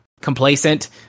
complacent